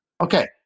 Okay